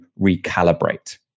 recalibrate